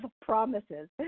promises